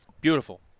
beautiful